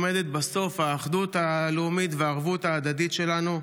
עומדת בסוף האחדות הלאומית והערבות ההדדית שלנו.